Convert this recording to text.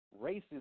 races